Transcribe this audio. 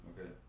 Okay